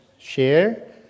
share